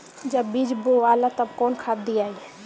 जब बीज बोवाला तब कौन खाद दियाई?